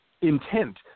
intent